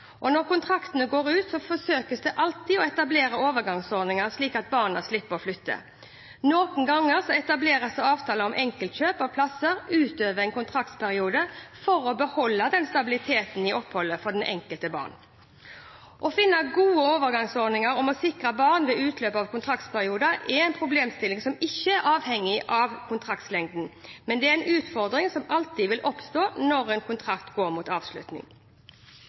Når kontraktene går ut, forsøkes det alltid å etablere overgangsordninger, slik at barna slipper å flytte. Noen ganger etableres det avtaler om enkeltkjøp av plasser utover en kontraktsperiode for å beholde stabiliteten i oppholdet for det enkelte barn. Å finne gode overgangsordninger for å sikre barn ved utløp av kontraktsperioder er en problemstilling som ikke er avhengig av kontraktslengden. Det er en utfordring som alltid vil oppstå når en kontrakt går mot avslutning.